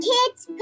Kids